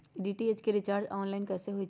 DTH के recharge online कैसे होईछई?